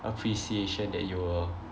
appreciation that you will